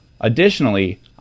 Additionally